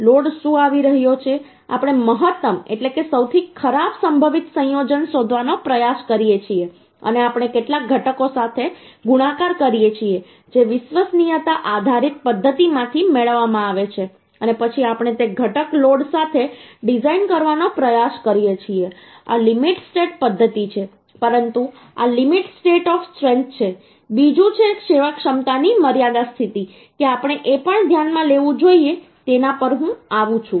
load શું આવી રહ્યો છે આપણે મહત્તમ એટલે કે સૌથી ખરાબ સંભવિત સંયોજન શોધવાનો પ્રયાસ કરીએ છીએ અને આપણે કેટલાક ઘટક સાથે ગુણાકાર કરીએ છીએ જે વિશ્વસનીયતા આધારિત પદ્ધતિમાંથી મેળવવામાં આવે છે અને પછી આપણે તે ઘટક લોડ સાથે ડિઝાઇન કરવાનો પ્રયાસ કરીએ છીએ આ લિમિટ સ્ટેટ પદ્ધતિ છે પરંતુ આ લિમિટ સ્ટેટ ઓફ સ્ટ્રેન્થ છે બીજું છે સેવાક્ષમતાની મર્યાદા સ્થિતિ કે આપણે એ પણ ધ્યાનમાં લેવું જોઈએ તેના પર હું આવું છું